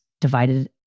divided